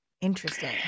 Interesting